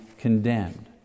condemned